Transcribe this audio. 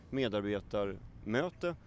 medarbetarmöte